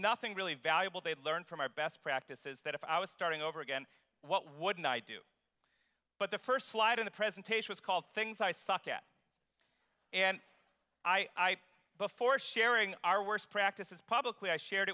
nothing really valuable they'd learn from our best practices that if i was starting over again what would i do but the first slide in the presentation was called things i suck at and i before sharing our worst practices publicly i shared